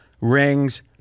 rings